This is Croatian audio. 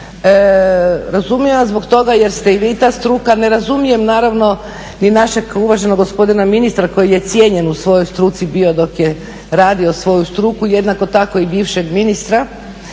razumijem vas zbog toga jer ste i vi ta struka, ne razumijem naravno ni našeg uvaženog gospodina ministra koji je cijenjen u svojoj struci bio dok je radio svoju struku, jednako tako i bivšeg ministra.